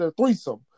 threesome